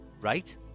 Right